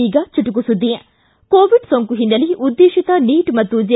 ಈಗ ಚುಟುಕು ಸುದ್ದಿ ಕೋವಿಡ್ ಸೋಂಕು ಹಿನ್ನೆಲೆ ಉದ್ದೇಶಿತ ನೀಟ್ ಮತ್ತು ಜೆ